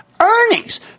earnings